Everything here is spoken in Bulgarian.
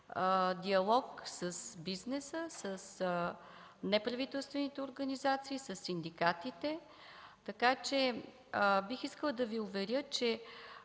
диалог с бизнеса, с неправителствените организации и със синдикатите. Бих искала да Ви уверя, че